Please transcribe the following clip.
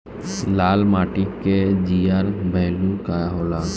लाल माटी के GR value का होला?